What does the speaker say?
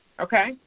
Okay